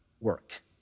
work